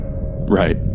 Right